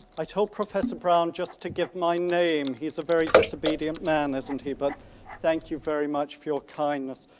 i told professor brown just to give my name he's a very disobedient man, isn't he. but thank you very much for your kindness.